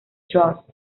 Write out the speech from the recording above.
trust